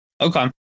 Okay